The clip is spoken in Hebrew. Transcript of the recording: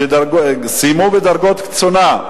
שסיימו בדרגות קצונה,